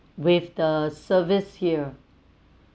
with the service here